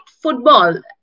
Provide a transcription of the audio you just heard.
football